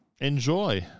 enjoy